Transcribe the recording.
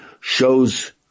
shows